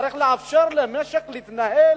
צריך לאפשר למשק להתנהל.